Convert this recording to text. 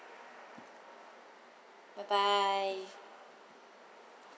bye bye